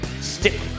Stick